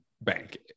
bank